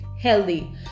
healthy